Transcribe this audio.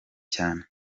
cyane